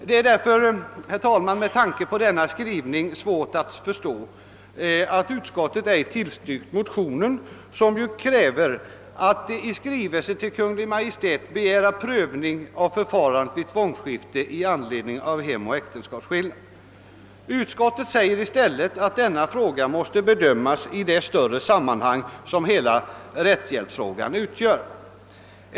Det är därför svårt att förstå att utskottet inte tillstyrkt motionerna, i vilka det ju hemställts »att riksdagen måtte besluta att i skrivelse till Kungl. Maj:t begära prövning av förfarandet vid tvångsskifte i anledning av hemeller äktenskapsskillnad». Utskottet uttalar i stället att denna fråga måste bedömas i det större sammanhang som hela rättshjälpsfrågan utgör.